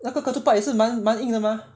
那个 ketupat 也是蛮蛮硬的 mah